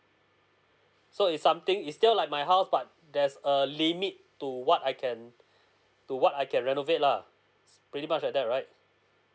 so it's something it's still like my house but there's a limit to what I can to what I can renovate lah pretty much like that right